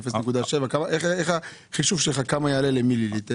איך החישוב שלך וכמה יעלה למיליליטר.